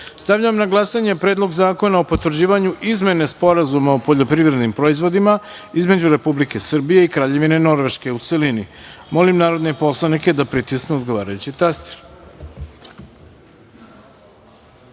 Stavljam na glasanje Predlog zakona o potvrđivanju Izmene Sporazuma o poljoprivrednim proizvodima između Republike Srbije i Kraljevine Norveške, u celini. Molim narodne poslanike da pritisnu odgovarajući